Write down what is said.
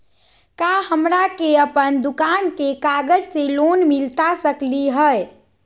का हमरा के अपन दुकान के कागज से लोन मिलता सकली हई?